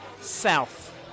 south